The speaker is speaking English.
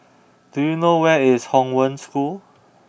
do you know where is Hong Wen School